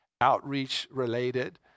outreach-related